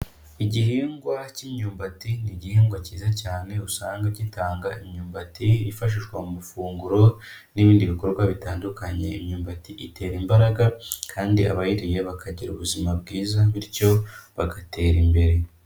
Igihingwa cy'imyumbati ni igihingwa cyiza cyane, usanga gitanga imyumbati yifashishwa mu mafunguro n'ibindi bikorwa bitandukanye. Imyumbati itera imbaraga kandi abayiriye bakagira ubuzima bwiza bityo bagatera imbere.